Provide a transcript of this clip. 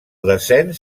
descens